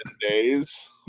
days